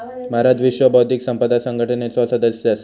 भारत विश्व बौध्दिक संपदा संघटनेचो सदस्य असा